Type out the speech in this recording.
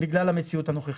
בגלל המציאות הנוכחית.